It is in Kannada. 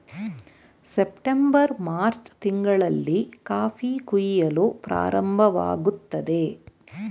ಸಪ್ಟೆಂಬರ್ ಮಾರ್ಚ್ ತಿಂಗಳಲ್ಲಿ ಕಾಫಿ ಕುಯಿಲು ಪ್ರಾರಂಭವಾಗುತ್ತದೆ